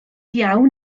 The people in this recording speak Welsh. iawn